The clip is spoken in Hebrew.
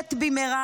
התעשת במהרה,